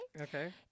okay